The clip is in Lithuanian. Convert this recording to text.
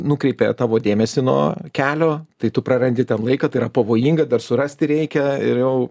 nukreipia tavo dėmesį nuo kelio tai tu prarandi ten laiką tai yra pavojinga dar surasti reikia ir jau